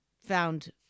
found